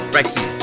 Rexy